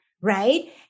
right